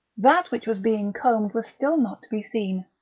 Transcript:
that which was being combed was still not to be seen,